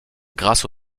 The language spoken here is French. grâce